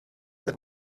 that